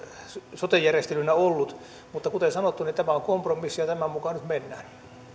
sote järjestelynä ollut mutta kuten sanottu tämä on kompromissi ja tämän mukaan nyt mennään